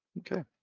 okay.